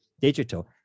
digital